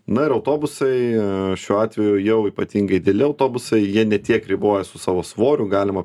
na ir autobusai šiuo atveju jau ypatingai dideli autobusai jie ne tiek riboja su savo svoriu galima